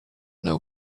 know